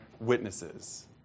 witnesses